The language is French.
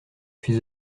suis